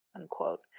unquote